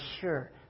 sure